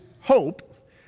hope